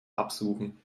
absuchen